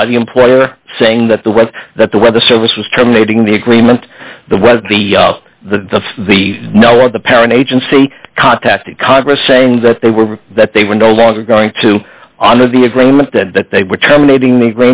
by the employer saying that the web that the weather service was terminating the agreement that was the the the no of the parent agency contacted congress saying that they were that they were no longer going to honor the agreement and that they were terminating